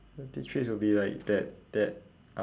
healthy treats will be like that that uh